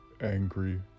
angry